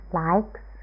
likes